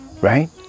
right